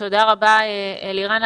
תודה רבה אלירן,